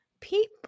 People